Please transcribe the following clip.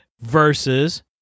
versus